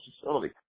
facility